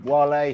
Wale